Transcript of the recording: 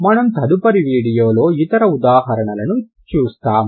మనం తదుపరి వీడియోలో ఇతర ఉదాహరణలను చూస్తాము